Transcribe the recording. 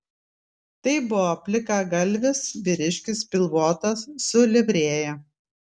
tai buvo plikagalvis vyriškis pilvotas su livrėja